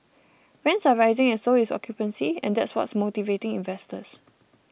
rents are rising and so is occupancy and that's what's motivating investors